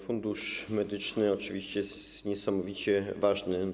Fundusz Medyczny jest oczywiście niesamowicie ważny.